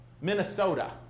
Minnesota